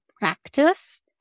practice